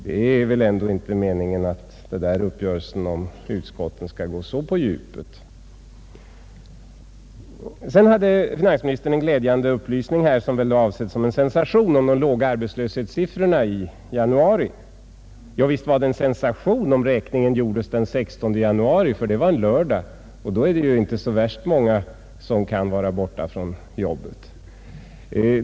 Det är väl ändå inte meningen att uppgörelsen om utskotten skall gå så på djupet? Sedan lämnade finansministern en glädjande upplysning, som väl var avsedd som en sensation, om de låga arbetslöshetssiffrorna i januari. Visst var det en sensation, om räkningen gjordes den 16 januari, ty det var en lördag, och då är det ju inte så värst många som kan vara borta från jobbet.